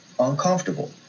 Uncomfortable